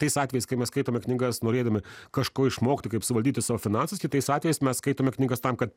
tais atvejais kai mes skaitome knygas norėdami kažko išmokti kaip suvaldyti savo finansus kitais atvejais mes skaitome knygas tam kad